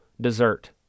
dessert